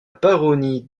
baronnie